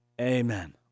Amen